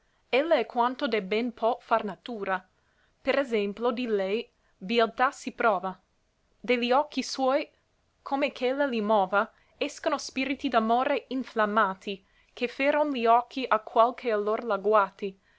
ella è quanto de ben pò far natura per esemplo di lei bieltà si prova de li occhi suoi come ch ella gli mova escono spirti d'amore inflammati che fèron li occhi a qual che allor la guati